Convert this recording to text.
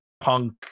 punk